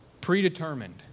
predetermined